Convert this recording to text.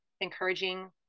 encouraging